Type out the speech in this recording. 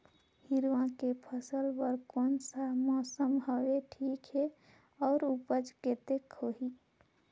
हिरवा के फसल बर कोन सा मौसम हवे ठीक हे अउर ऊपज कतेक होही?